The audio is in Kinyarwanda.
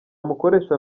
mukoresha